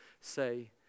say